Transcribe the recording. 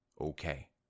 okay